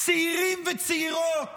וצעירים וצעירות